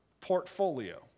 portfolio